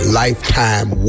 lifetime